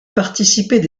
participaient